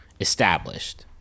established